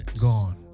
gone